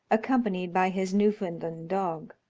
accompanied by his newfoundland dog.